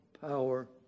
power